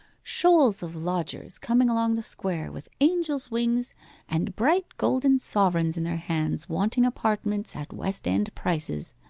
shoals of lodgers coming along the square with angels' wings and bright golden sovereigns in their hands wanting apartments at west end prices.